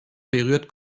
berührt